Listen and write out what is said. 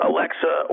Alexa